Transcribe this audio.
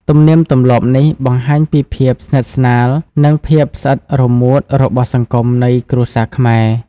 ទំនៀមទម្លាប់នេះ បង្ហាញពីភាពស្និទ្ធស្នាល និងភាពស្អិតរមួតរបស់សង្គមនៃគ្រួសារខ្មែរ។